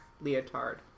leotard